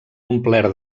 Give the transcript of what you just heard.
omplert